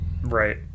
Right